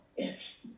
Yes